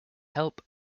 help